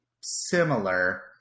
similar